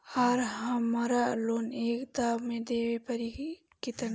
आर हमारा लोन एक दा मे देवे परी किना?